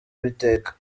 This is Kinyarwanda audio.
uwiteka